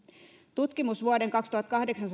tutkimus vuoden kaksituhattakahdeksan